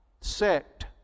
sect